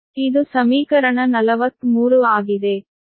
ಇದು ಸಮೀಕರಣ 43 ಆಗಿದೆ